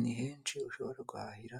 Ni henshi ushobora guhahira